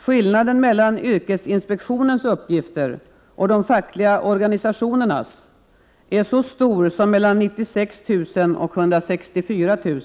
Skillnaden mellan yrkesinspektionens uppgifter och de fackliga organisationernas är så stor som mellan 96 000 och 164 000.